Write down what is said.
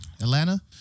Atlanta